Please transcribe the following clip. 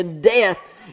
death